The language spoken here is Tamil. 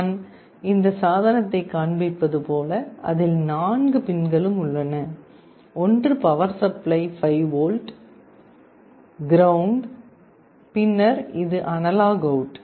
நான் இந்த சாதனத்தைக் காண்பிப்பது போல அதில் நான்கு பின்களும் உள்ளன ஒன்று பவர் சப்ளை 5 வோல்ட் கிரவுண்ட் பின்னர் இது அனலாக் அவுட்